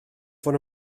fod